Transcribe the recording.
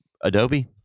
Adobe